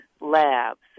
labs